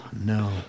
No